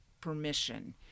permission